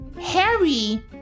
Harry